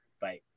bye